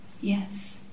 yes